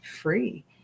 free